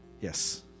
Yes